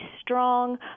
strong